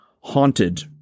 haunted